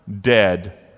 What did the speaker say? dead